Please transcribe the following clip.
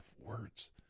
words